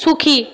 সুখী